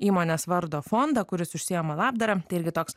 įmonės vardo fondą kuris užsiima labdara tai irgi toks